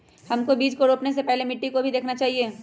हमको बीज को रोपने से पहले मिट्टी को भी देखना चाहिए?